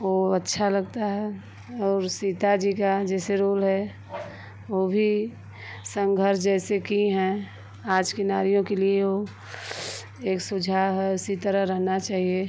वो अच्छा लगता है और सीता जी का जैसे रोल है वो भी संघर्ष जैसे कि हैं आज की नारियों के लिए वो एक सुझाव है उसी तरह रहना चाहिए